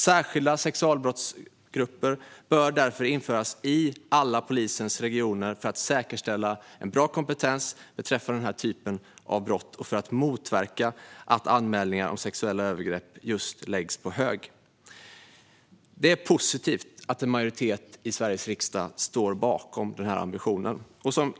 Särskilda sexualbrottsgrupper bör därför införas i alla polisens regioner för att säkerställa en bra kompetens beträffande den typen av brott och för att motverka att anmälningar om sexuella övergrepp läggs på hög. Det är positivt att en majoritet i Sveriges riksdag står bakom den ambitionen.